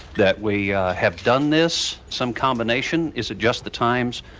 that we have done this, some combination? is it just the times?